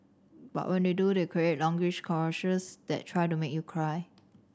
but when they do they create longish commercials that try to make you cry